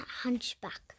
hunchback